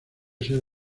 ser